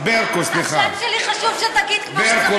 את השם שלי חשוב שתגיד כמו שצריך.